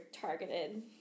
targeted